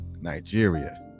nigeria